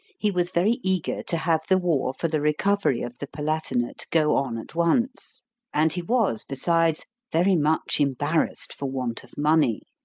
he was very eager to have the war for the recovery of the palatinate go on at once and he was, besides, very much embarrassed for want of money.